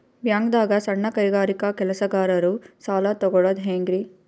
ಬ್ಯಾಂಕ್ದಾಗ ಸಣ್ಣ ಕೈಗಾರಿಕಾ ಕೆಲಸಗಾರರು ಸಾಲ ತಗೊಳದ್ ಹೇಂಗ್ರಿ?